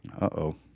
Uh-oh